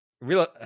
real